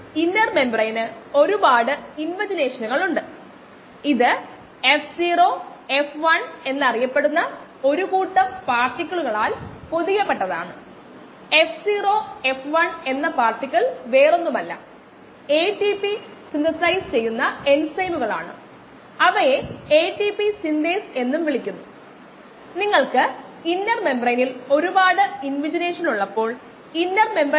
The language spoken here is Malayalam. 5 മണിക്കൂർ ഇൻവേഴ്സ്സാണ് ln 4 ബൈ 0